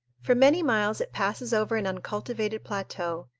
for many miles it passes over an uncultivated plateau,